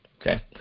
okay